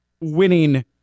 winning